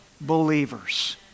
believers